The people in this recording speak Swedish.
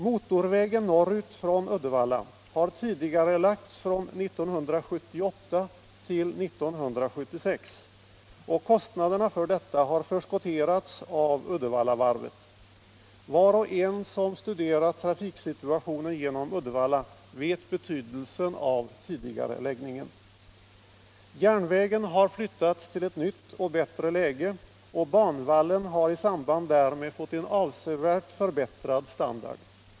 Motorvägen norrut från Uddevalla har tidigarelagts från 1978 till 1976, och kostnaderna härför har förskotterats av Uddevallavarvet. Var och en som studerat trafiken genom Uddevalla vet betydelsen av tidigareläggningen. Järnvägen har flyttats till ett nytt och bättre läge, och banvallen har i samband därmed fått en avsevärt förbättrad standard.